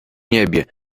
niebie